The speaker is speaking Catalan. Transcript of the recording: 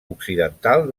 occidental